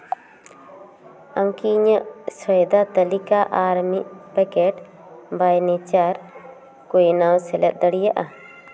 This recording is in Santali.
ᱟᱢ ᱠᱤ ᱤᱧᱟᱹᱜ ᱥᱚᱭᱫᱟ ᱛᱟᱹᱞᱤᱠᱟ ᱟᱨ ᱢᱤᱫ ᱯᱮᱠᱮᱴ ᱵᱟᱭ ᱱᱮᱪᱟᱨ ᱠᱚᱭᱢᱟ ᱥᱮᱞᱮᱫ ᱫᱟᱲᱮᱭᱟᱜᱼᱟ